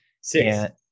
six